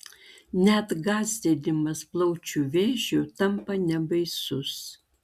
net gąsdinimas plaučių vėžiu tampa nebaisus